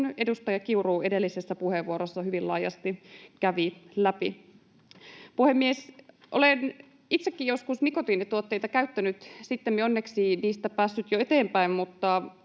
edustaja Kiuru edellisessä puheenvuorossa hyvin laajasti kävi läpi. Puhemies! Olen itsekin joskus nikotiinituotteita käyttänyt, sittemmin onneksi niistä päässyt jo eteenpäin, mutta